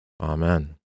Amen